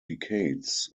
decades